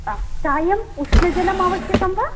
हा चायम् उष्णजलमावश्यकं वा